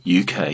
UK